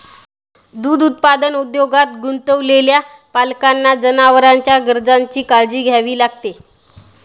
दूध उत्पादन उद्योगात गुंतलेल्या पशुपालकांना जनावरांच्या गरजांची काळजी घ्यावी लागते